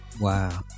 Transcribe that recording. wow